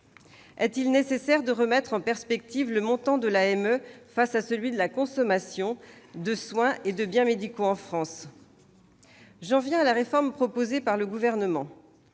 Est-il nécessaire de remettre en perspective le montant de l'AME face à celui de la consommation de soins et de biens médicaux en France ? J'en viens à la réforme proposée par le Gouvernement.